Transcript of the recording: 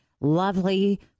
lovely